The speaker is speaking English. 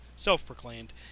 Self-proclaimed